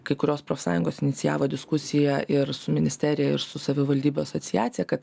kai kurios profsąjungos inicijavo diskusiją ir su ministerija ir su savivaldybių asociacija kad